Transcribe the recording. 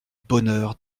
bonheur